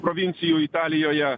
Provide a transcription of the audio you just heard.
provincijų italijoje